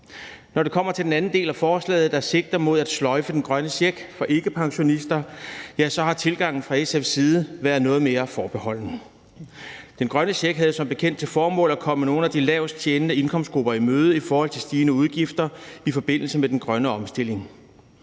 Når det kommer til den anden del af forslaget, der sigter mod at sløjfe den grønne check for ikkepensionister, så har tilgangen fra SF's side været noget mere forbeholden. Den grønne check havde som bekendt til formål at komme nogle af de lavest tjenende indkomstgrupper i møde i forhold til stigende udgifter i forbindelse med den grønne omstilling.